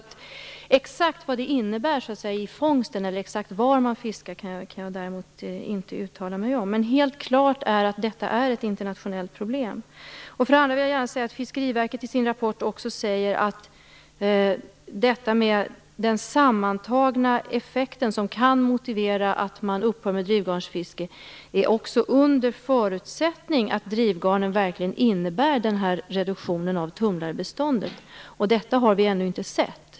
Exakt vad det innebär i fångst eller exakt var man fiskar kan jag däremot inte uttala mig om. Helt klart är dock att detta är ett internationellt problem. Vidare säger Fiskeriverket i sin rapport att detta med den sammantagna effekten som kan motivera att man upphör med drivgarnsfiske är också under förutsättning att drivgarnen verkligen innebär den här reduktionen av tumlarbeståndet. Detta har vi ju ännu inte sett.